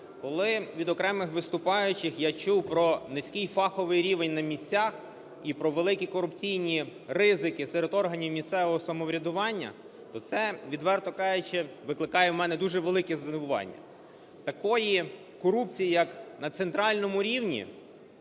Коли від окремих виступаючих я чув про низький фаховий рівень на місцях і про великі корупційні ризики серед органів місцевого самоврядування, то це, відверто кажучи, викликає у мене дуже велике здивування. Такої корупції, як на центральному рівні,